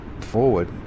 forward